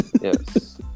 Yes